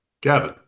Gavin